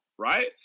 Right